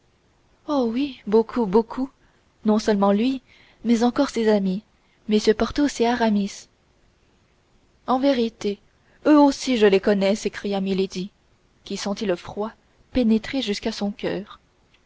oh oui beaucoup beaucoup non seulement lui mais encore ses amis mm porthos et aramis en vérité eux aussi je les connais s'écria milady qui sentit le froid pénétrer jusqu'à son coeur